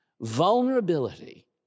Vulnerability